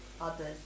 others